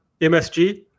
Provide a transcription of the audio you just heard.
MSG